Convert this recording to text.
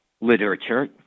literature